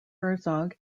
herzog